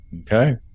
Okay